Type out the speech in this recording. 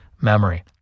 memory